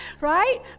Right